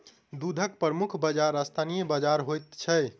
दूधक प्रमुख बाजार स्थानीय बाजार होइत छै